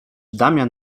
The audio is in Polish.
damian